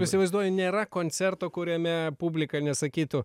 įsivaizduoju nėra koncerto kuriame publika nesakytų